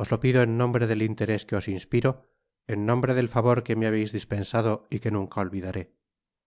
os lo pido en nombre del interés que os inspiro en nombre det favor que me habeis dispensado y que nunca olvidaré